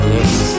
Yes